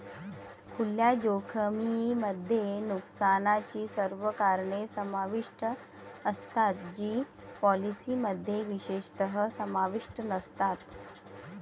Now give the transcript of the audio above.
खुल्या जोखमीमध्ये नुकसानाची सर्व कारणे समाविष्ट असतात जी पॉलिसीमध्ये विशेषतः समाविष्ट नसतात